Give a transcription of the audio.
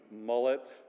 mullet